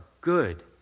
good